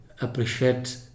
appreciate